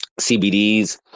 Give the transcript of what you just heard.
CBDs